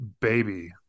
baby